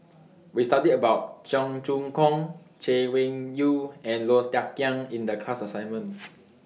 We studied about Cheong Choong Kong Chay Weng Yew and Low Thia Khiang in The class assignment